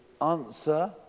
answer